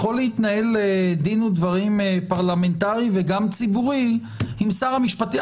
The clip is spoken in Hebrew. יכול להתנהל דין ודברים פרלמנטרי וגם ציבורי עם שר המשפטים.